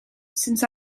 since